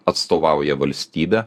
atstovauja valstybę